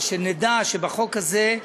אבל שנדע שבחוק הזה,